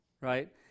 right